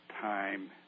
time